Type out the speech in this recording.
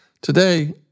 Today